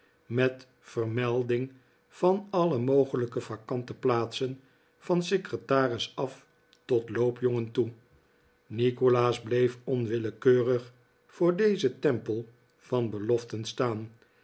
met vermelding van alle mogelijke vacante plaatsen van secretaris af tot loopjongen toe nikolaas bleef onwillekeurig voor dezeri tempel van beloften staan